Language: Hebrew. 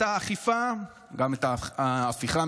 את האכיפה,